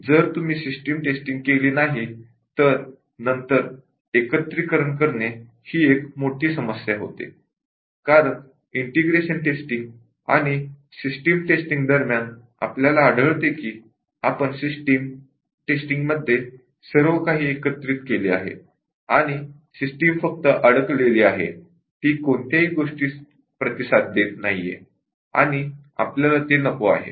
जर तुम्ही smoke testing केली नाही तर नंतर एकत्रिकरण करणे ही एक मोठी समस्या होते कारण इंटिग्रेशन सिस्टम टेस्टिंग दरम्यान आपल्याला आढळते की आपण सिस्टम टेस्टिंगमध्ये सर्वकाही एकत्र केले आहे आणि सिस्टम फक्त अडकलेली आहे ती कोणत्याही गोष्टीस प्रतिसाद देत नाहीये आणि आपल्याला ते नको आहे